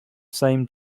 same